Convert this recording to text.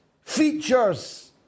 features